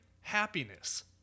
happiness